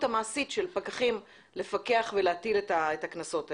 המעשית של פקחים לפקח ולהטיל את הקנסות האלה.